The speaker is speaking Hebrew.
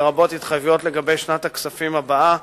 לרבות התחייבויות לגבי שנת הכספים הבאה,